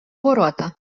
ворота